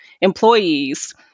employees